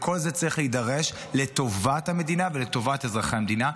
לכל זה צריך להידרש לטובת המדינה ולטובת אזרחי המדינה.